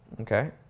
okay